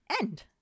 end